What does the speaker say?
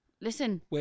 Listen